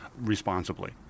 responsibly